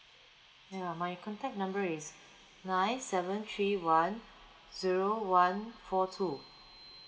ya my contact number is nine seven three one zero one four two